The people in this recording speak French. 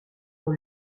dans